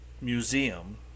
Museum